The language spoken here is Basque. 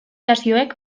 egin